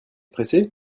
pressé